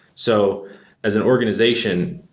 so as an organization,